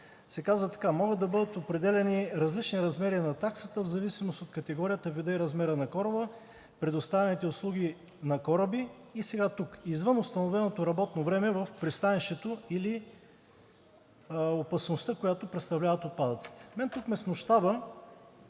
се казва така: „Могат да бъдат определяни различни размери на таксата в зависимост от категорията, вида и размера на кораба, предоставените услуги на кораби…“ и сега тук „извън установеното работно време в пристанището или опасността, която представляват отпадъците“. Тук мен ме смущава